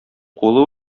кулы